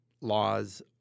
laws